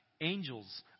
angels